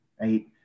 right